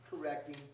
correcting